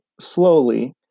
slowly